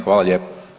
Hvala lijepo.